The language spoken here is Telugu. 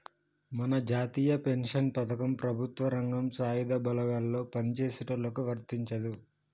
మన జాతీయ పెన్షన్ పథకం ప్రభుత్వ రంగం సాయుధ బలగాల్లో పని చేసేటోళ్ళకి వర్తించదు